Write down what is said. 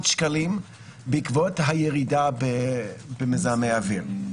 שקלים בעקבות הירידה במזהמי האוויר.